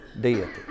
deity